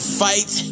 fight